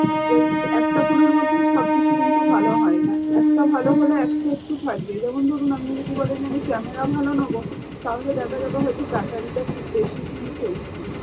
যে একটা ফোনের মধ্যেই সব কিছু কিন্তু ভালো হয় না একটা ভালো হলে একটা একটু থাকবেই যেমন ধরুন আমনি যদি বলেন যে আমি ক্যামেরা ভালো নোবো তাহলে দেখা যাবে হয়তো ব্যাটারিটা খুব বেশিক্ষণ চলছে না